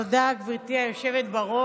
תודה, גברתי היושבת-ראש.